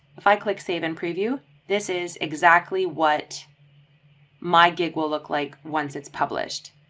if i click save and preview, this is exactly what my gig will look like once it's published.